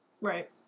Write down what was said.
right